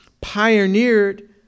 pioneered